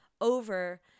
Over